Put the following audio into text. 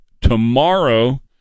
tomorrow